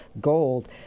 gold